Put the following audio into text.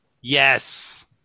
Yes